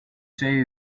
say